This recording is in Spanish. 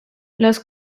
los